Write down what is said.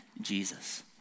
Jesus